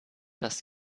das